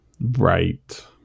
Right